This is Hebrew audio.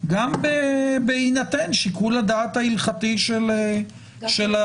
גם בהינתן שיקול הדעת ההלכתי של הדיינים.